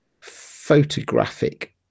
photographic